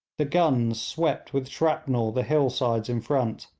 the guns swept with shrapnel the hill-sides in front,